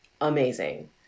amazing